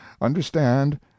understand